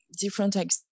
different